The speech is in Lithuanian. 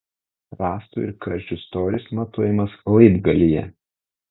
rąstų ir karčių storis matuojamas laibgalyje